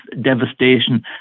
devastation